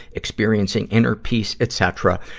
experiencing inner peace, etcetera,